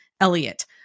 Elliot